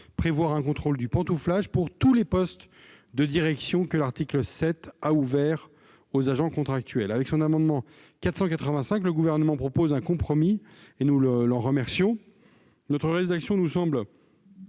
prévoir un contrôle du rétropantouflage pour tous les postes de direction que l'article 7 a ouvert aux agents contractuels. Avec l'amendement n° 485, le Gouvernement propose un compromis, et nous l'en remercions. Toutefois, notre rédaction nous semble